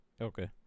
Okay